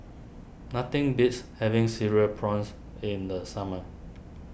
nothing beats having Cereal Prawns in the summer